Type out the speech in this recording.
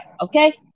Okay